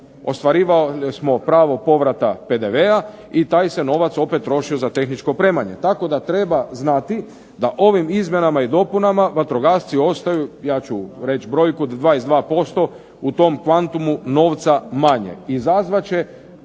ostvarivali smo pravo povrata PDV-a i taj se novac opet trošio za tehničko opremanje. Tako da treba znati da ovim izmjenama i dopunama vatrogasci ostaju, ja ću reći brojku od 22%, u tom kvantumu novca manje.